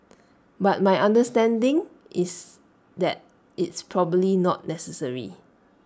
but my understanding is that it's probably not necessary